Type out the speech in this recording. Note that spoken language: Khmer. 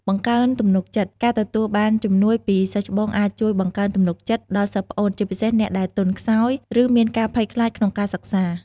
បង្កើនទំនុកចិត្ត ការទទួលបានជំនួយពីសិស្សច្បងអាចជួយ បង្កើនទំនុកចិត្ត ដល់សិស្សប្អូន ជាពិសេសអ្នកដែលទន់ខ្សោយ ឬមានការភ័យខ្លាចក្នុងការសិក្សា។